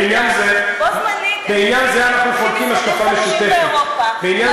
בו זמנית, אנשים באירופה.